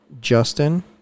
Justin